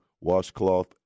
washcloth